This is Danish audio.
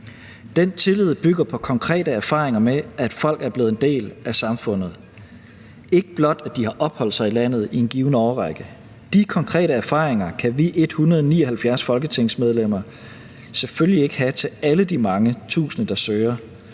Den tillid bygger på konkrete erfaringer med, at folk er blevet en del af samfundet, at de ikke blot har opholdt sig i landet i en given årrække. De konkrete erfaringer kan vi 179 folketingsmedlemmer selvfølgelig ikke have i forbindelse med alle de mange tusinde, der søger,